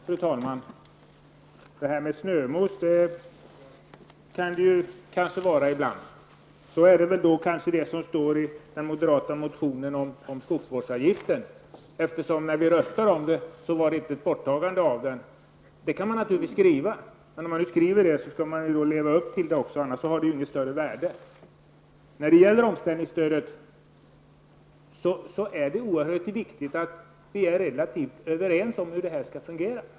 Fru talman! Snömos kan kanske förekomma ibland. Så är det kanske med det som står i den moderata motionen om skogsvårdsavgiften. När vi röstade om den var det inte fråga om ett borttagande av avgiften. Man kan naturligtvis skriva så, men då skall man också leva upp till det -- annars har det inget större värde. När det gäller omställningsstödet är det oerhört viktigt att vi är relativt överens om hur det skall fungera.